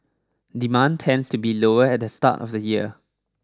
demand tends to be lower at the start of the year